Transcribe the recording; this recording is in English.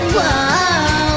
Whoa